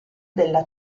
della